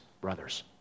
brothers